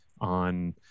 on